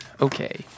Okay